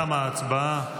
תמה ההצבעה.